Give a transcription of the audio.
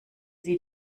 sie